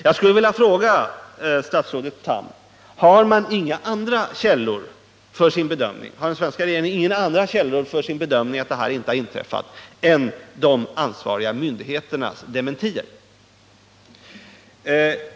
Jag skulle vilja fråga statsrådet Tham om den svenska regeringen inte har haft några andra källor vid sin bedömning av att denna katastrof inte har inträffat än bara de ansvariga myndigheternas dementier.